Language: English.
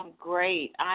great